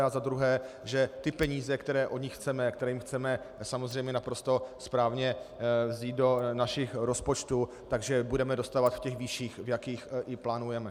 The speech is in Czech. A za druhé, že peníze, které od nich chceme, které jim chceme samozřejmě naprosto správně vzít do našich rozpočtů, budeme dostávat v těch výších, v jakých i plánujeme.